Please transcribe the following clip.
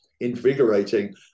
invigorating